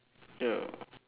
ya